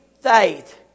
faith